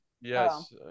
Yes